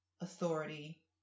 authority